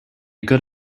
good